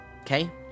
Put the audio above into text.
Okay